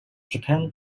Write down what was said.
japan